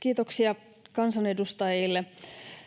Kiitoksia kansanedustajille